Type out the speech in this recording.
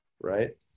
right